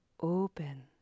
open